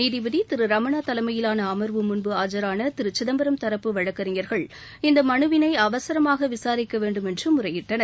நீதிபதி திரு ரமணா தலைமையிலான அம்வு முன் ஆஜரான திரு சிதம்பரம் தரப்பு வழக்கறிஞர்கள் இந்த மனுவினை அவசரமாக விசாரிக்க வேண்டுமென்று முறையிட்டனர்